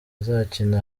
izakina